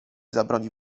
zabroni